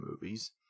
movies